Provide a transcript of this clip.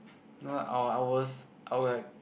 no I'll ours I will like